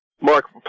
Mark